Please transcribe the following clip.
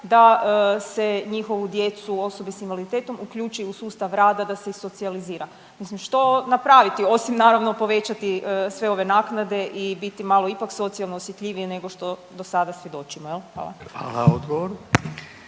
da se njihovu djecu osobe s invaliditetom uključi u sustav rada da ih se socijalizira. Mislim što napraviti osim naravno povećati sve ove naknade i biti malo ipak socijalno osjetljiviji nego što do sada svjedočimo. Hvala. **Radin,